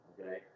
Okay